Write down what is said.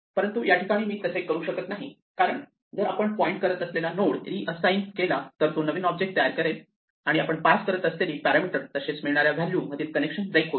परंतु याठिकाणी मी तसे करू शकत नाही कारण जर आपण पॉईंट करत असलेला नोड रिअसाइन केला तर तो नवीन ऑब्जेक्ट्स तयार करेल आणि आपण पास करीत असलेले पॅरामीटर तसेच मिळणाऱ्या व्हॅल्यू यामधील कनेक्शन ब्रेक होईल